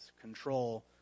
control